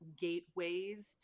gateways